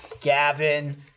Gavin